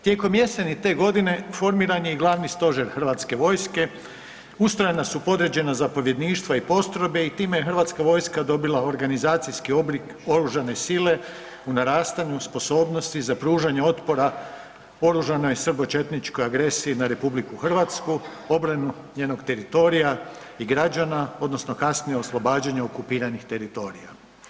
Tijekom jeseni godine formiran je i Glavni stožer Hrvatske vojske, ustrojena su podređena zapovjedništva i postrojbe i time je hrvatska vojska dobila organizacijski oblik oružane sile u narastanju sposobnosti za pružanje otpora oružanoj srbočetničkoj agresiji na RH, obranu njenog teritorija i građana odnosno kasnije u oslobađanju okupiranih teritorija.